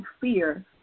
fear